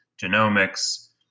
genomics